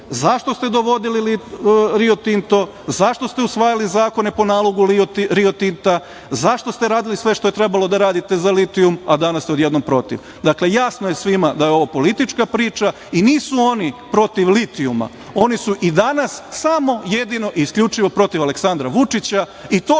zašto ste dovodili Rio Tinto, zašto ste usvajali zakone po nalogu Rio Tinta, zašto ste radili sve što je trebalo da radite za litiju, a danas ste od jednom protiv. Dakle, jasno je svima da je ovo politička priča i nisu oni protiv litijuma. Oni su i danas samo jedino isključivo protiv Aleksandra Vučića i to